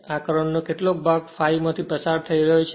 આ કરંટ નો કેટલોક ભાગ ∅ માથી પસાર થઈ રહ્યો છે